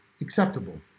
acceptable